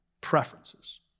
preferences